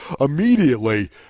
immediately